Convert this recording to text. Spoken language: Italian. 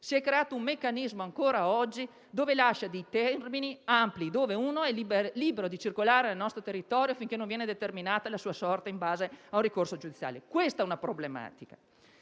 Si è creato un meccanismo che lascia dei termini ampi e in questo modo un soggetto è libero di circolare sul nostro territorio finché non venga determinata la sua sorte in base a un ricorso giudiziale: questa è una problematica.